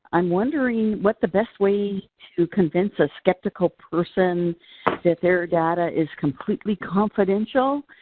i'm wondering what the best way to convince a skeptical person that their data is completely confidential,